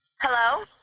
Hello